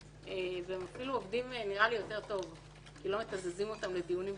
והם אפילו עובדים יותר טוב כי לא מתזזים אותם לדיונים בכנסת.